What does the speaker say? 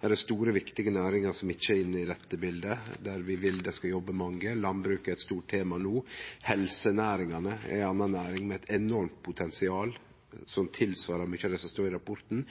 Det er store, viktige næringar som ikkje er inne i dette bildet, der vi vil det skal jobbe mange. Landbruket er eit stort tema no. Helsenæringane er ei anna næring med enormt potensial, som svarer til mykje av det som står i rapporten.